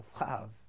love